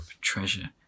treasure